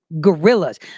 Gorillas